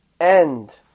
end